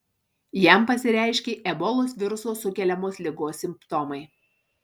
jam pasireiškė ebolos viruso sukeliamos ligos simptomai